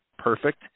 perfect